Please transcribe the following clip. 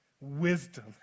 wisdom